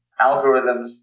algorithms